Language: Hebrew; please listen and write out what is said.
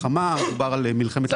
כמלחמה, דובר על מלחמת לבנון השנייה.